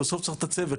בסוף צריכים את הצוות,